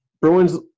Bruins